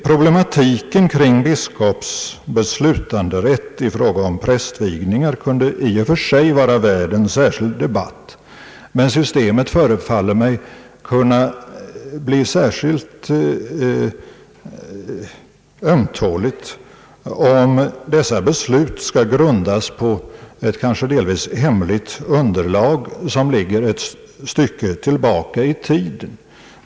Problematiken kring biskops beslutanderätt i fråga om prästvigning kunde i och för sig vara värd en särskild debatt, men systemet förefaller mig kunna bli särskilt ömtåligt, om dessa beslut skall grundas på ett kanske delvis hemligt underlag, som ligger ett stycke tillbaka i tiden.